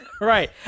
right